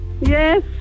Yes